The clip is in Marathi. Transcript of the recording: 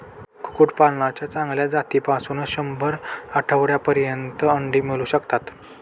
कुक्कुटपालनाच्या चांगल्या जातीपासून शंभर आठवड्यांपर्यंत अंडी मिळू शकतात